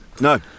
No